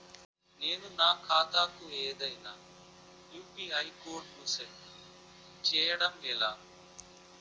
నేను నా ఖాతా కు ఏదైనా యు.పి.ఐ కోడ్ ను సెట్ చేయడం ఎలా?